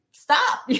stop